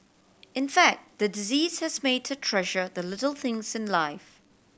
in fact the disease has made her treasure the little things in life